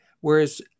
Whereas